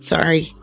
Sorry